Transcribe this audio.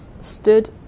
stood